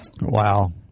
Wow